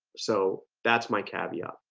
so that's my caveat,